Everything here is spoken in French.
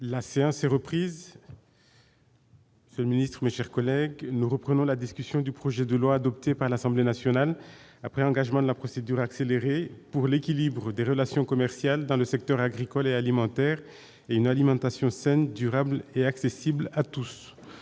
La séance est reprise. Nous poursuivons la discussion du projet de loi, adopté par l'Assemblée nationale après engagement de la procédure accélérée, pour l'équilibre des relations commerciales dans le secteur agricole et alimentaire et une alimentation saine, durable et accessible à tous.